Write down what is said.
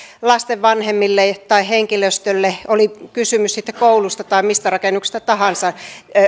lasten vanhemmille tai henkilöstölle oli kysymys sitten koulusta tai mistä rakennuksesta tahansa